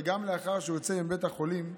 וגם לאחר שהוא יוצא מבית החולים,